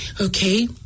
okay